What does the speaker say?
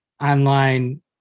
online